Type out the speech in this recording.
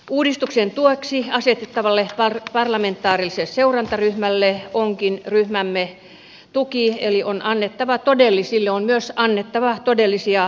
uudistuksen tueksi asetettavalla parlamentaarisella seurantaryhmällä onkin ryhmämme tuki eli sille on myös annettava todellisia vaikutusmahdollisuuksia